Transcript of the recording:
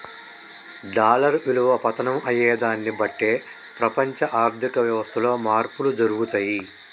dollar విలువ పతనం అయ్యేదాన్ని బట్టే ప్రపంచ ఆర్ధిక వ్యవస్థలో మార్పులు జరుగుతయి